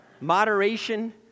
Moderation